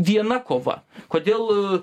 viena kova kodėl